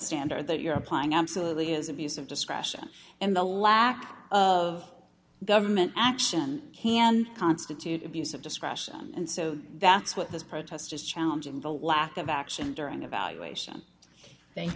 standard that you're applying absolutely is abuse of discretion and the lack of government action can constitute abuse of discretion and so that's what this protest is challenging the lack of action during a valuation thank